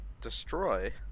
Destroy